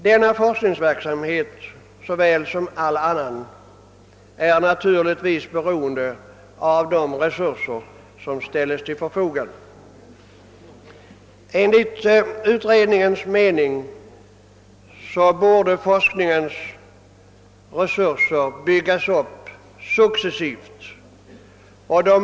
Denna forskningsverksamhet såväl som all annan är naturligtvis beroende av de resurser som ställs till förfogande. Enligt utredningens mening borde forskningens resurser byggas ut successivt.